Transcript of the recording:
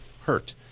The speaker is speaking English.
hurt